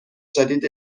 جدید